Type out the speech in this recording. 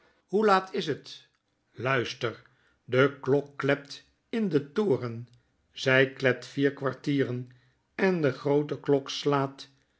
hoe laat is het luister de klok klept in den toren zij klept vier kwartieren en de groote klok slaat